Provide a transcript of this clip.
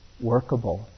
workable